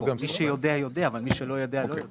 מי שיודע, יודע, אבל מי שלא יודע, זה לא ברור.